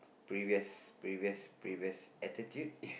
previous previous previous attitude